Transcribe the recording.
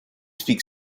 speak